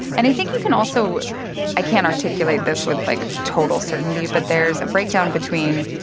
and i think you can also i can't articulate this with, like, total certainty but there's a breakdown between,